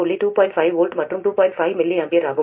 5 mA ஆகும்